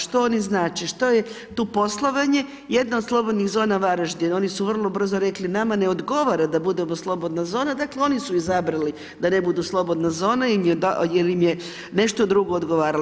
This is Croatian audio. Što oni znače, što je tu poslovanje, jedna od slobodnih zona Varaždin, oni su vrlo brzo rekli nama ne odgovara da budemo slobodna zona, dakle, oni su izabrali da ne budu slobodna zona jer im je nešto drugo odgovaralo.